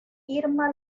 irma